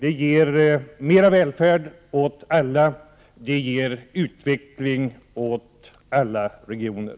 Det ger mer välfärd åt alla, och det ger utveckling åt alla regioner.